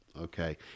Okay